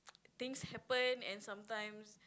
things happen and sometimes